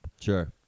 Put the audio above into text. Sure